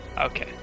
Okay